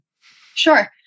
Sure